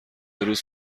روز